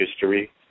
history